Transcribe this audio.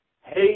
Hey